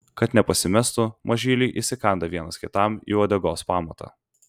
kad nepasimestų mažyliai įsikanda vienas kitam į uodegos pamatą